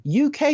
UK